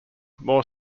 more